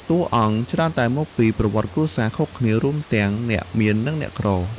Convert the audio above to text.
តួអង្គច្រើនតែមកពី ប្រវត្តិគ្រួសារ ខុសគ្នា រួមទាំងអ្នកមាននិងអ្នកក្រ។